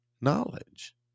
knowledge